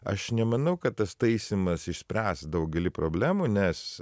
aš nemanau kad tas taisymas išspręs daugelį problemų nes